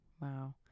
Wow